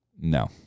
No